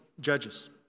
Judges